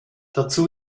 dazu